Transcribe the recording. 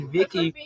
Vicky